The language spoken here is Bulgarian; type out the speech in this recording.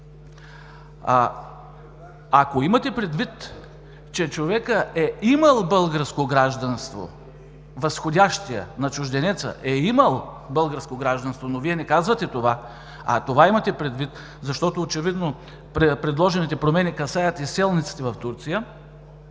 Ако имате предвид, че човекът е имал българско гражданство – възходящият, на чужденеца, е имал българско гражданство, но Вие не казвате това, а това имате предвид, защото очевидно предложените промени касаят изселниците в Турция,